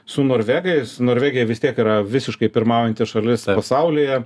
su norvegais norvegija vis tiek yra visiškai pirmaujanti šalis ar saulėje